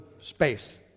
space